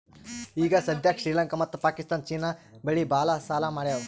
ಈಗ ಸದ್ಯಾಕ್ ಶ್ರೀಲಂಕಾ ಮತ್ತ ಪಾಕಿಸ್ತಾನ್ ಚೀನಾ ಬಲ್ಲಿ ಭಾಳ್ ಸಾಲಾ ಮಾಡ್ಯಾವ್